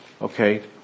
Okay